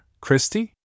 Christie